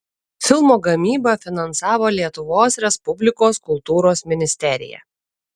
filmo gamybą finansavo lietuvos respublikos kultūros ministerija